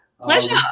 Pleasure